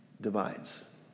divides